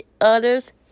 others